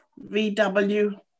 VW